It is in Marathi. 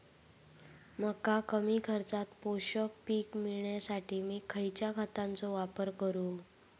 मका कमी खर्चात पोषक पीक मिळण्यासाठी मी खैयच्या खतांचो वापर करू?